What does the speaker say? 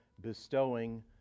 bestowing